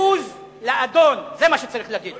בוז לאדון, זה מה שצריך להגיד.